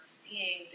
seeing